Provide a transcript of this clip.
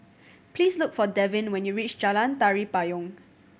please look for Devyn when you reach Jalan Tari Payong